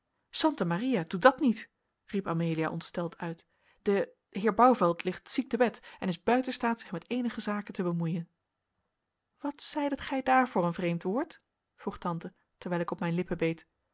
santa maria doe dat niet riep amelia ontsteld uit de heer bouvelt ligt ziek te bed en is buiten staat zich met eenige zaken te bemoeien wat zeidet gij daar voor een vreemd woord vroeg tante terwijl ik op mijn lippen beet